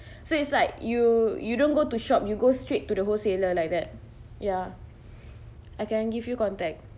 so it's like you you don't go to shop you go straight to the wholesaler like that ya I can give you contact